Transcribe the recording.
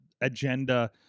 agenda